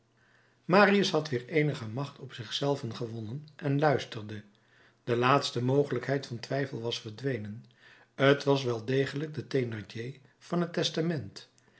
marius had weder eenige macht op zich zelven gewonnen en luisterde de laatste mogelijkheid van twijfel was verdwenen t was wel degelijk de thénardier van het testament